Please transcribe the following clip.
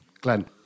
Glenn